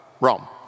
Rome